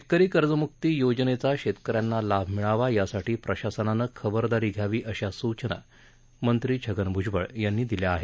शेतकरी कर्जमुक्ती योजनेचा शेतकऱ्यांना लाभ मिळावा यासाठी प्रशासनानं खबरदारी घ्यावी अशा सूचना मंत्री छगन भुजबळ यांनी दिल्या आहेत